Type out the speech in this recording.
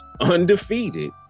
undefeated